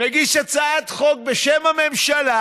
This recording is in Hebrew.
מגיש הצעת חוק בשם הממשלה,